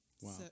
Wow